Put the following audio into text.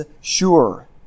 sure